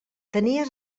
tenies